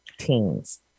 teens